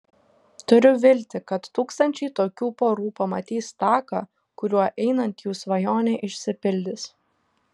turiu viltį kad tūkstančiai tokių porų pamatys taką kuriuo einant jų svajonė išsipildys